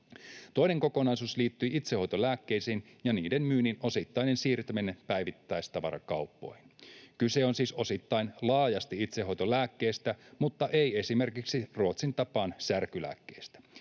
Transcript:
Toinen kokonaisuus liittyy itsehoitolääkkeisiin ja niiden myynnin osittaiseen siirtämiseen päivittäistavarakauppoihin. Kyse on siis osittain laajasti itsehoitolääkkeistä mutta ei esimerkiksi Ruotsin tapaan särkylääkkeistä.